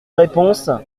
réponse